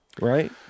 right